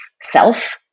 self